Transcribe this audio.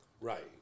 Right